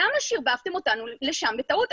למה שרבבתם אותנו לשם בטעות?